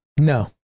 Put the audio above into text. No